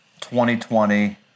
2020